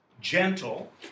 gentle